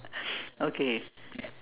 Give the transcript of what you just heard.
okay